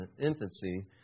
infancy